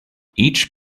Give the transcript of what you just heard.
each